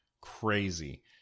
crazy